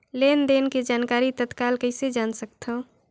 लेन देन के जानकारी तत्काल कइसे जान सकथव?